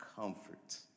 comfort